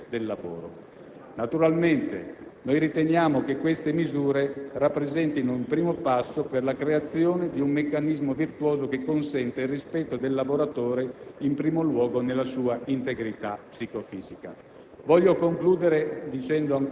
commessi con violazione delle norme antinfortunistiche sulla tutela dell'igiene e della salute del lavoro. Naturalmente, noi riteniamo che queste misure rappresentino un primo passo per la creazione di un meccanismo virtuoso che consenta il rispetto del lavoratore,